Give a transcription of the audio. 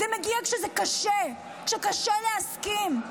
זה מגיע כשזה קשה, כשקשה להסכים,